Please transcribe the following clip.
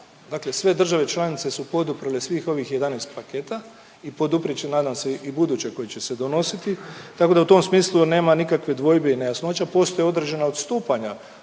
Dakle, sve države članice su poduprle svih ovih 11 paketa i poduprijet će nadam se i buduće koje će se donositi tako da u tom smislu nema nikakvih dvojbi i nejasnoća. Postoje određena odstupanja